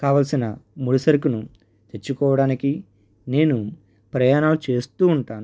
కావలసిన ముడి సరుకులు తెచ్చుకోవడానికి నేను ప్రయాణాలు చేస్తూ ఉంటాను